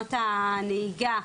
מרישיונות הנהיגה,